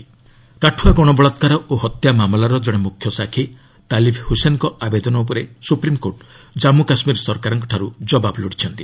SC Kathua Kathua ଗଣବଳାକାର ଓ ହତ୍ୟା ମାମଲାର ଜଣେ ମ୍ରଖ୍ୟ ସାକ୍ଷୀ ତାଲିବ୍ ହୁସେନ୍ଙ୍କ ଆବେଦନ ଉପରେ ସୁପ୍ରିମ୍କୋର୍ଟ ଜନ୍ମୁ କାଶ୍ମୀର ସରକାରଙ୍କଠାରୁ ଜବାବ ଲୋଡ଼ିଛନ୍ତି